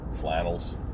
flannels